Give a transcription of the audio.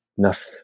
enough